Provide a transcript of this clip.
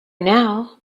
now